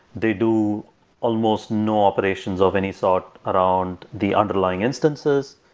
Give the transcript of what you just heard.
they do almost no operations of any sort around the underlying instances.